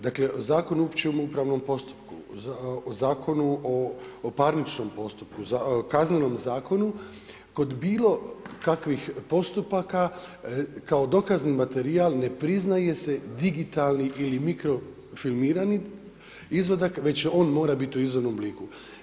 Dakle, Zakon o općem upravnom postupku, Zakonu o parničnom postupku, Kaznenom zakonu, kod bilo kakvih postupaka, kao dokazni materijal, ne priznaje se digitalni ili mikrofilmirani izvadak, već on mora biti u izvornom obliku.